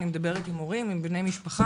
אני מדבר עם הורים ועם שני משפחה